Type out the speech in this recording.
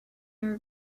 are